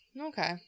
Okay